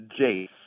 Jace